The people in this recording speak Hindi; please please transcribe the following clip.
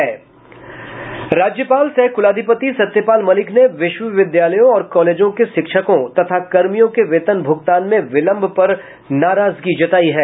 राज्यपाल सह कुलाधिपति सत्यपाल मलिक ने विश्वविद्यालयों और कॉलेजों के शिक्षकों तथा कर्मियों के वेतन भूगतान में विलंब पर नाराजगी जतायी है